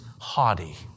haughty